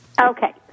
Okay